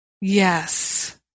Yes